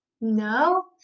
No